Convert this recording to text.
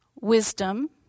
wisdom